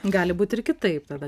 gali būti ir kitaip tada